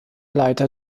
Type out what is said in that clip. leiter